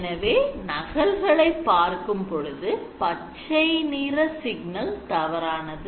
எனவே நகல்களை பார்க்கும் பொழுது பச்சை நிற சிக்னல் தவறானது